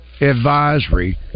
advisory